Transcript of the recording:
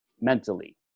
mentally